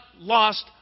lost